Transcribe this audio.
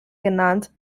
genannt